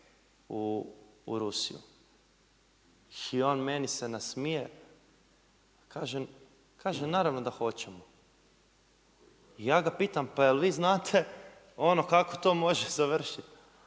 u Rusiju. I on meni se nasmije, kaže naravno da hoćemo. I ja ga pitam, pa je li vi znate ono kako to može završiti.